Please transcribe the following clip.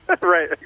Right